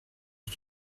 ich